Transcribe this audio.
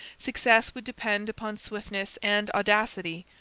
success would depend upon swiftness and audacity,